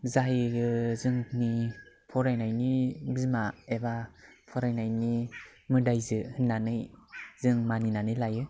जायो जोंनि फरायनायनि बिमा एबा फरायनायनि मोदायजो होननानै जों मानिनानै लायो